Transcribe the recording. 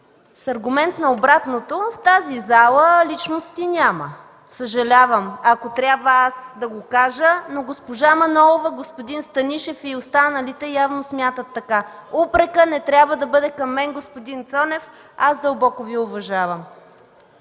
с аргумент на обратното, в тази зала личности няма. Съжалявам, ако трябва аз да го кажа, но госпожа Манолова, господин Станишев и останалите явно смятат така. Упрекът не трябва да бъде към мен, господин Цонев. Аз дълбоко Ви уважавам.